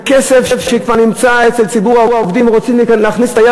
זה כסף שכבר נמצא אצל ציבור העובדים ורוצים להכניס את היד